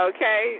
Okay